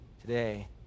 today